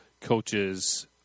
coaches